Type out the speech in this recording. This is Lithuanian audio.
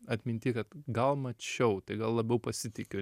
atminty kad gal mačiau tai gal labiau pasitikiu